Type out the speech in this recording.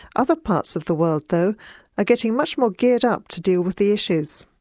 other parts of the world though are getting much more geared up to deal with the issues.